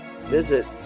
visit